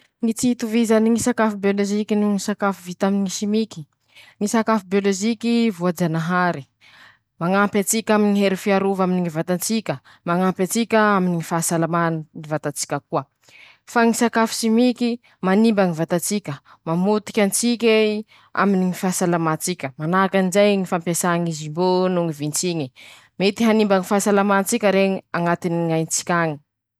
Ñy tsy itovizany ñy sakafo biôlôziky noho ñy sakafo vita aminy ñy simiky :-ñy sakafo biôlôziky voajanahary :,mañampy an-tsika aminy ñy hery fiarova aminy ñy vatan-tsika, mañampy an-tsika aminy ñy fahasalamanyñy vatan-tsika koa ;fa ñy sakafo simiky manimba ñy vatatsika, mamotikyan-tsik'ey aminy ñy fahasalaman-tsika, manahaky anizay ñy fampiasà ñy zumbô noho ñy vintsiñy, mety hanimba ñy fahasalaman-tsika reñy añatiny ñaintsika añy.